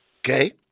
Okay